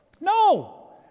No